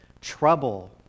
trouble